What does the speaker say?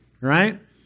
right